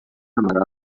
amagar